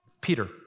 Peter